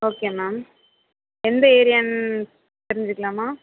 okay ma'am எந்த ஏரியான்னு தெரிஞ்சுக்கலாமா